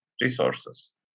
resources